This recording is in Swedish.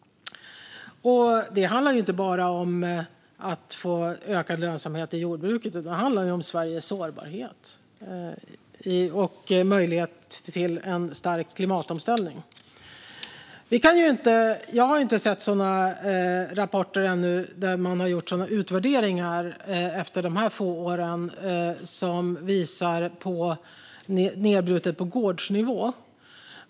Det handlar inte bara om att få ökad lönsamhet i jordbruket utan även om Sveriges sårbarhet och om möjligheten till en stark klimatomställning. Jag har efter dessa få år ännu inte sett några rapporter där sådana utvärderingar har gjorts som visar resultat nedbrutna på gårdsnivå.